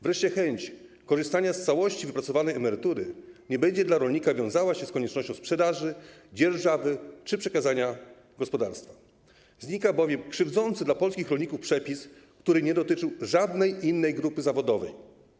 Wreszcie chęć korzystania z całości wypracowanej emerytury nie będzie dla rolnika wiązała się z koniecznością sprzedaży, dzierżawy czy przekazania gospodarstwa, znika bowiem krzywdzący dla polskich rolników przepis, który nie dotyczył żadnej innej grupy zawodowej.